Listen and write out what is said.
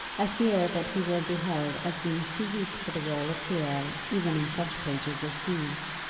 i fear that he will be held as being too weak for the role of hero even in such pages as these.